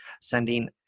sending